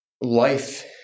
life